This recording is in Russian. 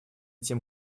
тем